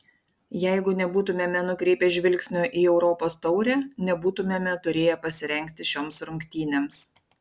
jeigu nebūtumėme nukreipę žvilgsnio į europos taurę nebūtumėme turėję pasirengti šioms rungtynėms